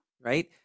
right